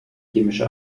chemische